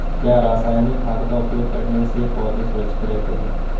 क्या रसायनिक खाद का उपयोग करने से पौधे सुरक्षित रहते हैं?